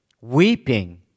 weeping